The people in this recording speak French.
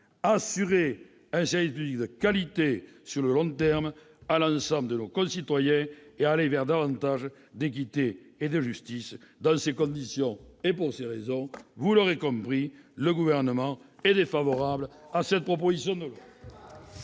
assurer un service public de qualité, sur le long terme, à l'ensemble de nos concitoyens, et aller vers davantage d'équité et de justice. Dans ces conditions, vous l'aurez compris, le Gouvernement ne peut être que défavorable à cette proposition de loi.